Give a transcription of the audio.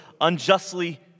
unjustly